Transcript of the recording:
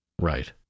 Right